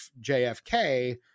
JFK